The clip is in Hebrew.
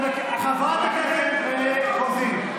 חבר הכנסת עודה, חברת הכנסת רוזין.